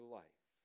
life